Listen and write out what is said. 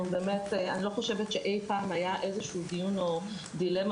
אני לא חושבת שאי פעם היה איזה שהוא דיון או דילמה